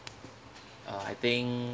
uh I think